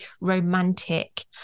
romantic